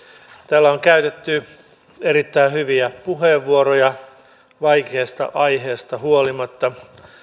täällä on käytetty erittäin hyviä puheenvuoroja vaikeasta aiheesta huolimatta